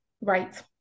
right